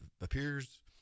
appears